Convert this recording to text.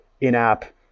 in-app